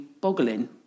boggling